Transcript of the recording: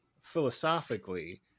philosophically